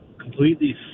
completely